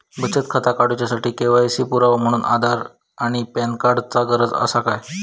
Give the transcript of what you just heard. बचत खाता काडुच्या साठी के.वाय.सी पुरावो म्हणून आधार आणि पॅन कार्ड चा गरज आसा काय?